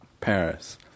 Paris